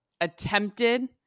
attempted